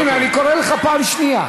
דב חנין, אני קורא אותך פעם שנייה.